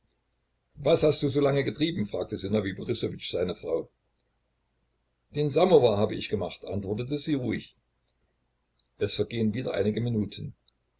was hast du so lange getrieben fragte sinowij borissowitsch seine frau den samowar habe ich gemacht antwortet sie ruhig es vergehen wieder einige minuten